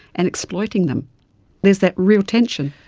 and exploiting them. there is that real tension.